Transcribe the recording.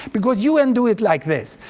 because u n. do it like this.